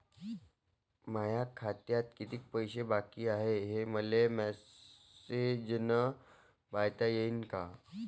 माया खात्यात कितीक पैसे बाकी हाय, हे मले मॅसेजन पायता येईन का?